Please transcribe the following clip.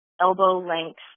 elbow-length